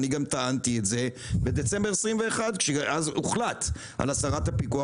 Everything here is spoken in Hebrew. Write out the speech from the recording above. אני גם טענתי את זה בדצמבר 2021 כשהוחלט אז על הסרת הפיקוח,